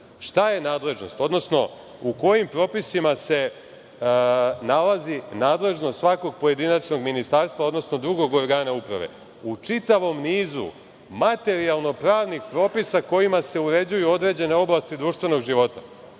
Šta je nadležnost, odnosno u kojim propisima se nalazi nadležnost svakog pojedinačnog ministarstva, odnosno drugog organa uprave? U čitavom nizu materijalno-pravnih propisa kojima se uređuju određene oblasti društvenog života. Ne